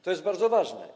To jest bardzo ważne.